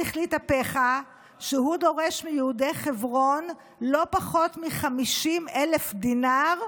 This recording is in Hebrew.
יום אחד אחד החליט הפחה שהוא דורש מיהודי חברון לא פחות מ-50,000 דינר,